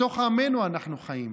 בתוך עמנו אנחנו חיים.